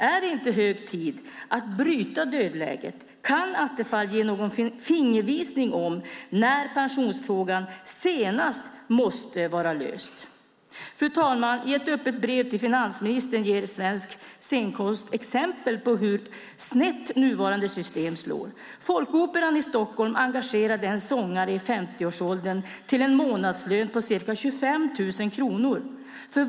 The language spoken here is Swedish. Är det inte hög tid att bryta dödläget? Kan Attefall ge någon fingervisning om när pensionsfrågan senast måste vara löst? Fru talman! I ett öppet brev till finansministern ger Svensk Scenkonst exempel på hur snett nuvarande system slår. Folkoperan i Stockholm engagerade en sångare i 50-årsåldern till en månadslön på ca 25 000 kronor.